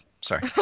Sorry